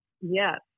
Yes